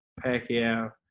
Pacquiao